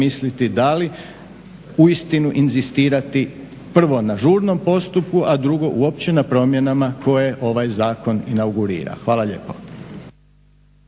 razmisliti da li uistinu inzistirati prvo na žurnom postupku, a drugo uopće na promjenama koje ovaj zakon inaugurira. Hvala lijepo.